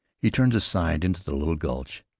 he turned aside into the little gulch.